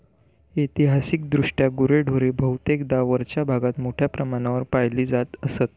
ऐतिहासिकदृष्ट्या गुरेढोरे बहुतेकदा वरच्या भागात मोठ्या प्रमाणावर पाळली जात असत